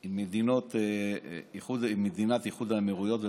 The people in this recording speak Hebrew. עם מדינת איחוד האמירויות ובחריין.